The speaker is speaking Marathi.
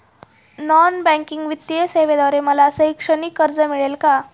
नॉन बँकिंग वित्तीय सेवेद्वारे मला शैक्षणिक कर्ज मिळेल का?